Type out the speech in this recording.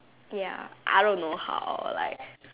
ya I don't know how like